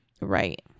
Right